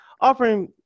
offering